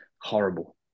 horrible